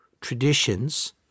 traditions